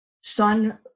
son